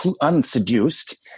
unseduced